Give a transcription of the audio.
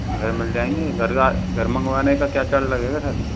घर मिल जाएंगे घर का घर मंगवाने के क्या चार्ज लगेगा सर